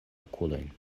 okulojn